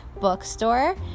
bookstore